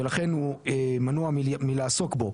ולכן הוא מנוע מלעסוק בו